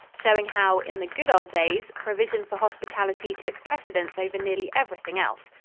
showing how, in the good old days, provision for hospitality took precedence over nearly everything else.